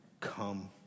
Come